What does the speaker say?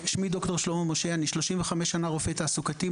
אני 35 שנה רופא תעסוקתי,